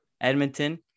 Edmonton